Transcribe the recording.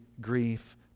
grief